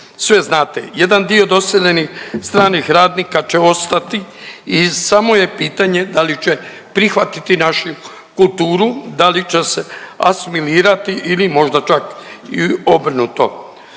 Sve znate. Jedan dio doseljenih stranih radnika će ostati i samo je pitanje da li će prihvatiti našu kulturu, da li će se asimilirati ili možda čak i obrnuto.